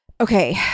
Okay